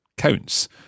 counts